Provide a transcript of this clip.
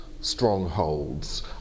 strongholds